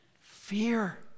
Fear